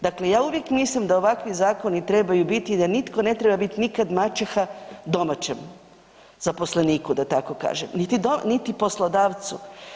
Dakle, ja uvijek mislim da ovakvi zakoni trebaju biti i da nitko ne treba bit nikad maćeha domaćem zaposleniku da tako kažem, niti poslodavcu.